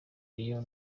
iyo